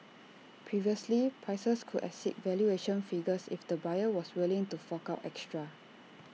previously prices could exceed valuation figures if the buyer was willing to fork out extra